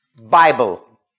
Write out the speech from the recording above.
Bible